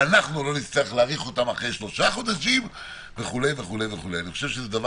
ואנחנו לא נצטרך להאריך אותם אחרי שלושה חודשים וכו' וכו' וכו'.